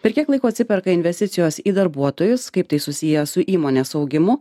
per kiek laiko atsiperka investicijos į darbuotojus kaip tai susiję su įmonės augimu